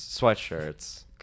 sweatshirts